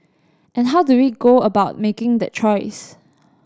and how do we go about making the choice